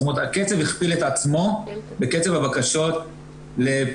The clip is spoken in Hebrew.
זאת אומרת הקצב הכפיל את עצמו בקצב הבקשות לפיטורים.